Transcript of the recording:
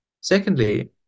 Secondly